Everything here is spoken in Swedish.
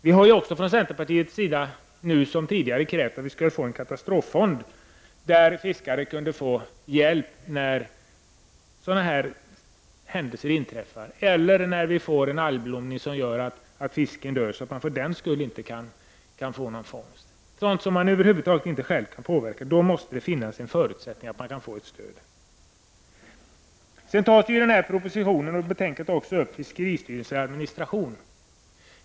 Vi har från centerpartiets sida nu som tidigare krävt en katastroffond där fiskare kunde få hjälp när sådana här händelser inträffar eller när vi får en algblomning som gör att fisken dör, så att man för den skull inte kan få någon fångst. När det gäller sådant som man över huvud taget inte själv kan påverka måste det finnas en förutsättning att få stöd. I propositionen och i betänkandet tar man också upp fiskeristyrelseadministration.